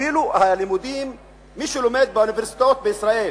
מי שלומד באוניברסיטאות בישראל